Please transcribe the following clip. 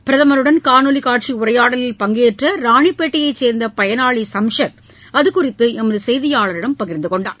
பிரதமருடன் காணொலி காட்சி உரையாடலில் பங்கேற்ற ராணிப்பேட்டையைச் சேர்ந்த பயனாளி சம்ஷத் அதுகுறித்து எமது செய்தியாளரிடம் பகிர்ந்து கொண்டார்